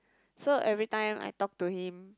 so everytime I talk to him